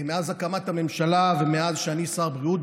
מאז הקמת הממשלה ומאז שאני שר הבריאות,